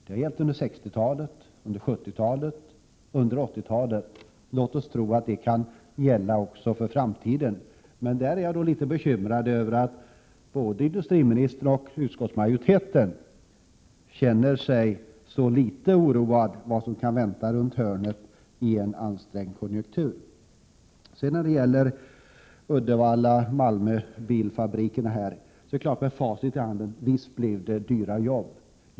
Detta har gällt under 60-, 70 och 80-talet. Låt oss tro att detta också kan gälla för framtiden. Jag är dock litet bekymrad över att både industriministern och utskottsmajoriteten känner sig så litet oroade över vad som kan vänta runt hörnet i en ansträngd konjunktur. Med facit i hand är det ju helt klart att arbetstillfällena vid bilfabrikerna i Uddevalla och Malmö blev mycket dyra jobb.